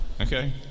Okay